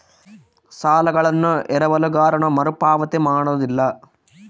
ಸಾಲಗಳನ್ನು ಎರವಲುಗಾರನು ಮರುಪಾವತಿ ಮಾಡೋದಿಲ್ಲ